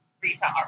retail